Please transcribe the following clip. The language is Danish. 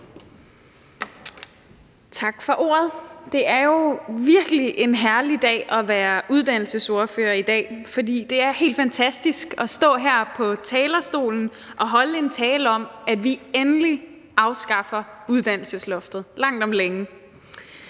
Tak for ordet. Det er jo virkelig en herlig dag at være uddannelsesordfører, for det er helt fantastisk at stå her på talerstolen og holde en tale om, at vi endelig afskaffer uddannelsesloftet. I Enhedslisten